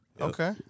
Okay